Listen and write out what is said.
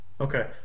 Okay